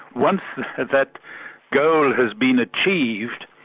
once that goal has been achieved,